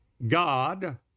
God